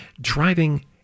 driving